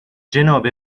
جناب